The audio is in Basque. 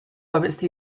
abesti